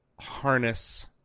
harness